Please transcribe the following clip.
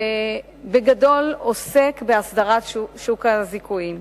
שבגדול עוסק בהסדרת שוק הזיכויים.